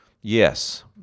Yes